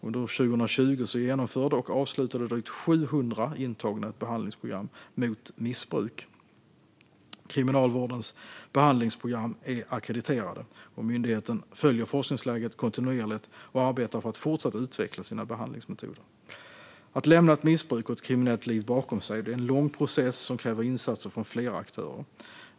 Under 2020 genomförde och avslutade drygt 700 intagna ett behandlingsprogram mot missbruk. Kriminalvårdens behandlingsprogram är ackrediterade. Myndigheten följer forskningsläget kontinuerligt och arbetar för att fortsatt utveckla sina behandlingsmetoder. Att lämna ett missbruk och ett kriminellt liv bakom sig är en lång process som kräver insatser från flera aktörer.